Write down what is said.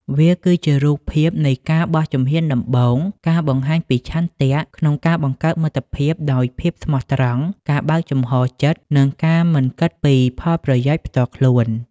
វាគឺជារូបភាពនៃការបោះជំហានដំបូង ការបង្ហាញពីឆន្ទៈក្នុងការបង្កើតមិត្តភាពដោយភាពស្មោះត្រង់ ការបើកចំហរចិត្ត និងការមិនគិតពីផលប្រយោជន៍ផ្ទាល់ខ្លួន។